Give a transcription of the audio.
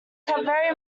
very